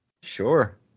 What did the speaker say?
Sure